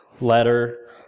letter